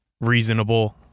reasonable